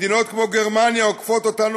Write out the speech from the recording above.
מדינות כמו גרמניה עוקפות אותנו